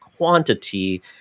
Quantity